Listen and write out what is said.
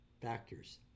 factors